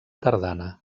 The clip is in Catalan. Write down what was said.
tardana